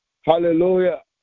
Hallelujah